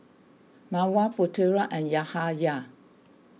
Mawar Putera and Yahaya